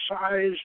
size